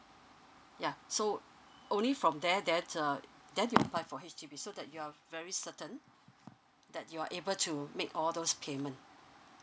yeah so only from there then uh then you apply for H_D_B so that you're very certain that you're able to make all those payment